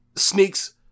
sneaks